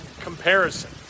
comparison